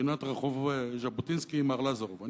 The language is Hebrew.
בפינת רחוב ז'בוטינסקי עם ארלוזורוב.